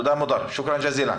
תודה, מודר, שוקרן ג'זילן.